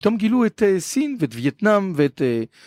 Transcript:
פתאום גילו את סין ואת וייטנאם ואת...